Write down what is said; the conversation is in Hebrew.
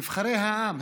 נבחרי העם,